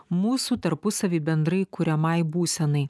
mūsų tarpusavy bendrai kuriamai būsenai